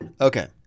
okay